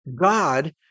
God